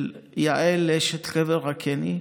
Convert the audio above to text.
של יעל אשת חבר הקיני,